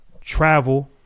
travel